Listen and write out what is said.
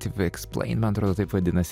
tipo eksplain man atrodo taip vadinasi